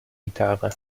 gitarre